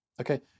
okay